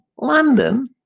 London